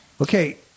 Okay